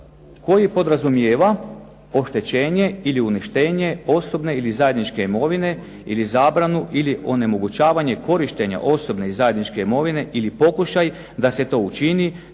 koji podrazumijeva oštećenje ili uništenje osobne ili zajedničke imovine ili zabranu ili onemogućavanje korištenja osobne i zajedničke imovine ili pokušaj da se to učini,